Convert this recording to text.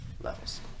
levels